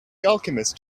alchemist